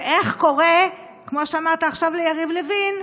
ואיך קורה, כמו שאמרת עכשיו ליריב לוין,